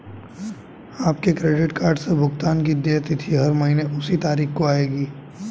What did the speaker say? आपके credit card से भुगतान की देय तिथि हर महीने उसी तारीख को आएगी